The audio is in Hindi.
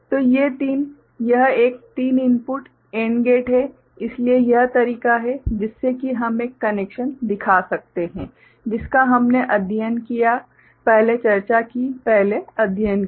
तो ये तीन यह एक तीन इनपुट AND गेट है इसलिए यह तरीका है जिससे कि हम एक कनेक्शन दिखा सकते हैं जिसका हमने अध्ययन किया पहले चर्चा की पहले अध्ययन किया